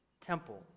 temple